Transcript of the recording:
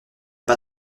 pas